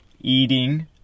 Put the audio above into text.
eating